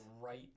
right